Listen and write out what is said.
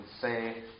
say